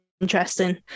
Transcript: interesting